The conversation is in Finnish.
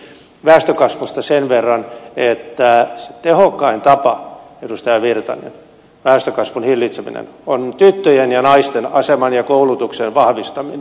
väestönkasvusta sen verran että tehokkain tapa edustaja virtanen väestönkasvun hillitsemiseen on tyttöjen ja naisten aseman ja koulutuksen vahvistaminen